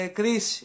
Chris